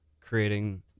creating